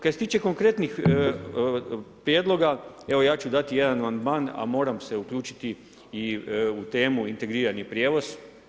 Kaj se tiče konkretnih prijedloga, evo ja ću dati jedan amandman, a moram se uključiti i u temu integrirani prijevoz.